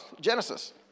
Genesis